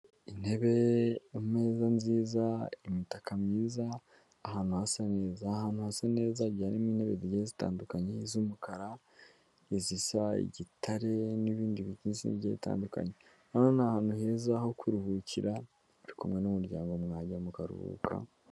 Intebe, ameza meza, imitaka myiza, ahantu hasa neza, aha hantu hasa neza hagiye harimo intebe zigiye zitandukanye, iz'umukara, isa igitare n'ibindi bigiye bitandukanye. Hano ni ahantu heza ho kuruhukira uri kumwe n'umuryango mwahajya mukaruhuka.